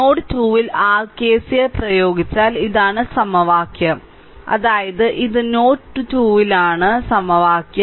node 2 ൽ r KCL പ്രയോഗിച്ചാൽ ഇതാണ് സമവാക്യം അതായത് ഇത് നോഡ് 2 ലാണ് ഇതാണ് സമവാക്യം